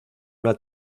una